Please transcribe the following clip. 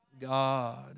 God